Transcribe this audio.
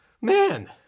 man